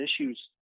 issues